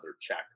check